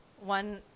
one